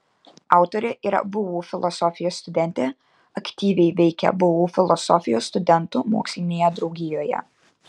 autorė yra vu filosofijos studentė aktyviai veikia vu filosofijos studentų mokslinėje draugijoje